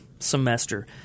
semester